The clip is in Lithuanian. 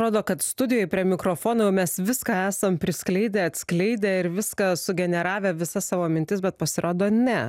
rodo kad studijoj prie mikrofono jau mes viską esam priskleidę atskleidę ir viską sugeneravę visą savo mintis bet pasirodo ne